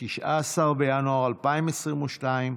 19 בינואר 2022,